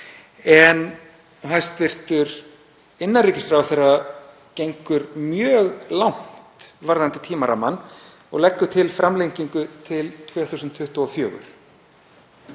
En hæstv. innanríkisráðherra gengur mjög langt varðandi tímarammann og leggur til framlengingu til 2024.